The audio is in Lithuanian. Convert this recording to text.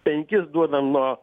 penkis duodam nuo